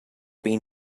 been